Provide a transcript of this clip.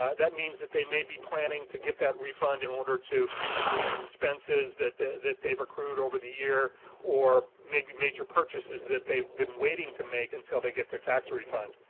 that means that they may be planning to get that refund in order to expenses that that they've accrued over the year or maybe major purchases that they've been waiting to make until they get their tax refund.